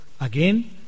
again